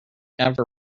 never